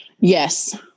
Yes